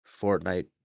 Fortnite